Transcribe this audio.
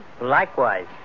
Likewise